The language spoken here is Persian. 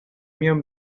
میام